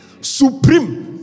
Supreme